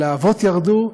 והלהבות ירדו,